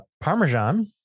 Parmesan